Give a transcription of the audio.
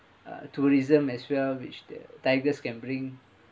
uh tourism as well which the tigers can bring